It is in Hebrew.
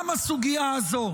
גם הסוגיה הזו